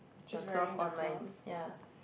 the cloth on mine ya